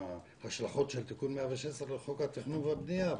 וההשלכות של תיקון 116 לחוק התכנון והבנייה,